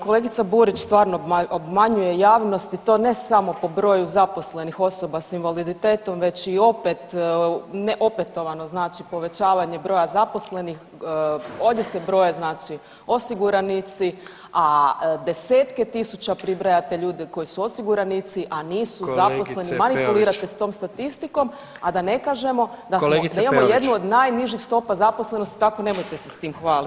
Kolegica Burić stvarno obmanjuje javnost i to ne samo po broju zaposlenih osoba s invaliditetom već i opet, ne, opetovano znači povećavanje broja zaposlenih, ovdje se broje znači osiguranici, a desetke tisuća pribrajate ljude koji su osiguranici, a nisu zaposleni, [[Upadica: Kolegice Peović.]] manipulirate sa tom statistikom, a da ne kažemo da [[Upadica: Kolegice Peović.]] smo, da imamo jednu od najnižih stopa zaposlenosti, tako nemojte se s tim hvaliti.